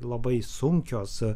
labai sunkios